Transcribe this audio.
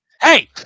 hey